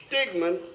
Stigma